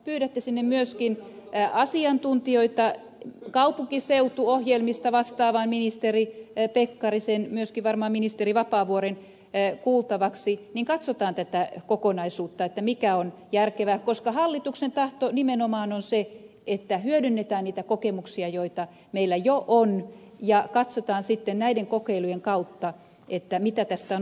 pyydätte sinne myöskin asiantuntijoita kaupunkiseutuohjelmista vastaavan ministeri pekkarisen myöskin varmaan ministeri vapaavuoren kuultavaksi ja katsotaan tätä kokonaisuutta mikä on järkevää koska hallituksen tahto nimenomaan on se että hyödynnetään niitä kokemuksia joita meillä jo on ja katsotaan sitten näiden kokeilujen kautta mitä tästä on opittavaa